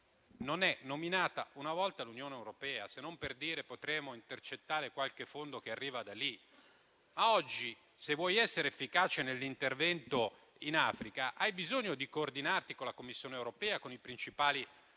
non è nominata nemmeno una volta l'Unione europea, se non per dire che potremmo intercettare qualche fondo che arriva da lì. Oggi, se si vuole essere efficaci nell'intervento in Africa, si ha bisogno di coordinarsi con la Commissione europea, con i principali Paesi